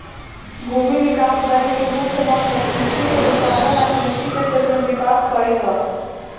भूमि विकास बैंक के मुख्य मकसद कृषि के उत्पादन आ कृषि के क्षेत्र में विकास कइल ह